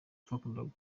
twakundaga